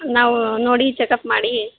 ನಾವು ನೋಡಿ ಚೆಕಪ್ ಮಾಡಿ